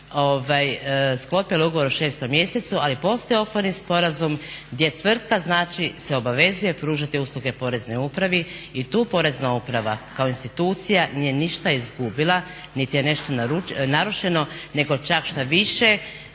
sklopile ugovor u 6 mjesecu ali je postojao je okvirni sporazum gdje tvrtka znači se obavezuje pružati usluge poreznoj upravi. I tu porezna uprava kao institucija nije ništa izgubila niti je nešto narušeno nego čak štoviše